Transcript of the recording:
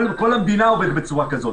כל המדינה עובדת בצורה כזאת.